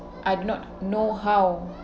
I do not know how